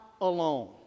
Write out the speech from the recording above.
alone